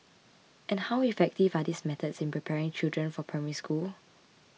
and how effective are these methods in preparing children for Primary School